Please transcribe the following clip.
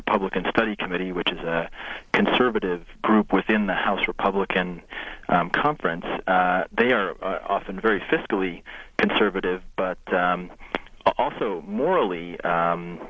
republican study committee which is a conservative group within the house republican conference they are often very fiscally conservative but also morally